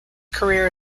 career